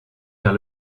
vers